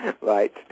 Right